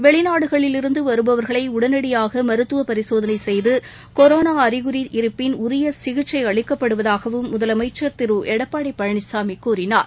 வெளிநாடுகளிலிருந்து வருபவர்களை உடனடியாக மருத்துவ பரிசோதனை செய்து கொரோனா அறிகுறி இருப்பின் உரிய சிகிச்சை அளிக்கப்படுவதாகவும் முதலனமச்சர் திரு எடப்பாடி பழனிசாமி கூறினார்